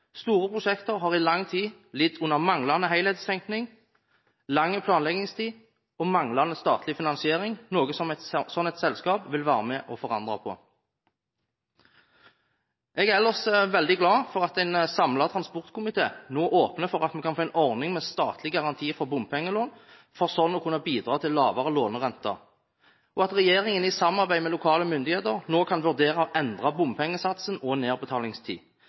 Store prosjekter har i lang tid lidd under manglende helhetstenkning, lang planleggingstid og manglende statlig finansiering, noe som et slikt selskap vil være med og forandre på. Jeg er ellers veldig glad for at en samlet transportkomité nå åpner for at man kan få en ordning med statlig garanti for bompengelån, for sånn å kunne bidra til lavere lånerente, og at regjeringen i samarbeid med lokale myndigheter nå kan vurdere å endre bompengesats og nedbetalingstid.